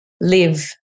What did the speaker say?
live